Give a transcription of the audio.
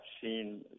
seen